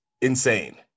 insane